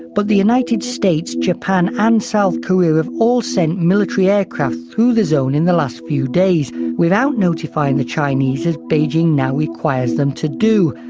but the united states, japan and south korea have all sent military aircraft through the zone in the last few days, without notifying the chinese, as beijing now requires them to do.